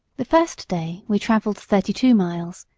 the first day we traveled thirty-two miles.